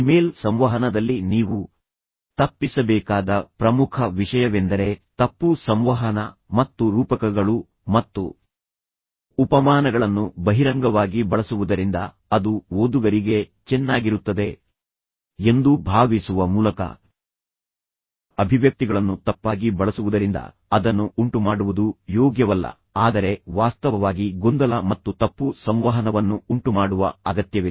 email ಸಂವಹನದಲ್ಲಿ ನೀವು ತಪ್ಪಿಸಬೇಕಾದ ಪ್ರಮುಖ ವಿಷಯವೆಂದರೆ ತಪ್ಪು ಸಂವಹನ ಮತ್ತು ರೂಪಕಗಳು ಮತ್ತು ಉಪಮಾನಗಳನ್ನು ಬಹಿರಂಗವಾಗಿ ಬಳಸುವುದರಿಂದ ಅದು ಓದುಗರಿಗೆ ಚೆನ್ನಾಗಿರುತ್ತದೆ ಎಂದು ಭಾವಿಸುವ ಮೂಲಕ ಅಭಿವ್ಯಕ್ತಿಗಳನ್ನು ತಪ್ಪಾಗಿ ಬಳಸುವುದರಿಂದ ಅದನ್ನು ಉಂಟುಮಾಡುವುದು ಯೋಗ್ಯವಲ್ಲ ಆದರೆ ವಾಸ್ತವವಾಗಿ ಗೊಂದಲ ಮತ್ತು ತಪ್ಪು ಸಂವಹನವನ್ನು ಉಂಟುಮಾಡುವ ಅಗತ್ಯವಿಲ್ಲ